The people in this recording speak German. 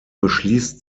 beschließt